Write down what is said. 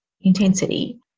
intensity